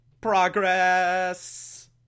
Progress